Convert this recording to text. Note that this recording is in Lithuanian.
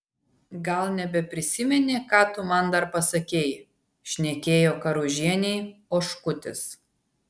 gal nebeprisimeni ką tu man dar pasakei šnekėjo karužienei oškutis